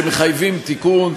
שמחייבים תיקון.